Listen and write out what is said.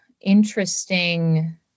interesting